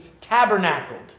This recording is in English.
tabernacled